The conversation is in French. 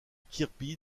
kirby